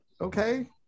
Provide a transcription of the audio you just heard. Okay